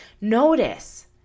Notice